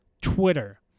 Twitter